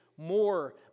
more